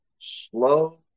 slow